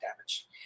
damage